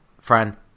fran